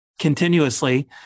continuously